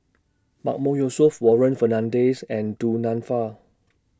Mahmood Yusof Warren Fernandez and Du Nanfa